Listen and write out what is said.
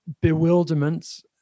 bewilderment